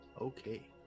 Okay